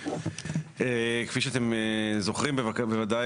כפי שאתם זוכרים בוודאי,